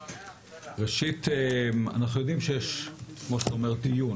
ראשית אנחנו יודעים שיש כמו שאתה אומר דיון,